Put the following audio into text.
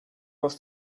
was